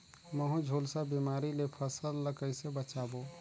महू, झुलसा बिमारी ले फसल ल कइसे बचाबो?